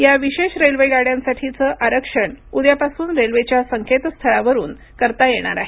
या विशेष रेल्वे गाड्यांसाठीचं आरक्षण उद्यापासून रेल्वेच्या संकेतस्थळावरून करता येणार आहे